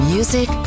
Music